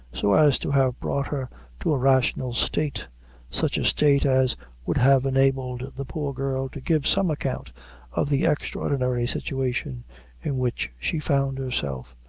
so as to have brought her to a rational state such a state as would have enabled the poor girl to give some account of the extraordinary situation in which she found herself,